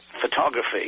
photography